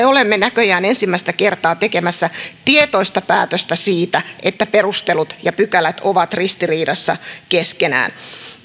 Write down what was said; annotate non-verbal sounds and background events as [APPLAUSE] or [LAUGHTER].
[UNINTELLIGIBLE] olemme näköjään ensimmäistä kertaa tekemässä tietoista päätöstä siitä että perustelut ja pykälät ovat ristiriidassa keskenään